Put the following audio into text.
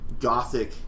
gothic